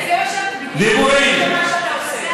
כל הזמן שמעת על עוד עשייה